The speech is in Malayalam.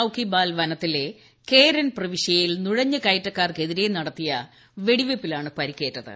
ചൌക്കിബാൽ വനത്തിലെ കേരൻ പ്രവിശ്യയിൽ നു്ഴഞ്ഞുകയറ്റക്കാർക്കെതിരെ നടത്തിയ വെടിവെയ്പ്പിലാണ് പരിക്കേറ്റത്